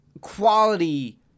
quality